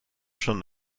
schon